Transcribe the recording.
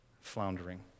floundering